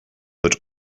but